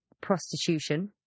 prostitution